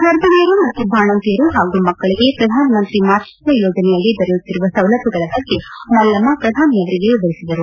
ಗರ್ಭಿಣಿಯರು ಮತ್ತು ಬಾಣಂತಿಯರು ಹಾಗೂ ಮಕ್ಕಳಿಗೆ ಪ್ರಧಾನ ಮಂತ್ರಿ ಮಾತೃತ್ವ ಯೋಜನೆಯಡಿ ದೊರೆಯುತ್ತಿರುವ ಸೌಲಭ್ದಗಳ ಬಗ್ಗೆ ಮಲ್ಲಮ್ನ ಪ್ರಧಾನಿಯವರಿಗೆ ವರಿಸಿದರು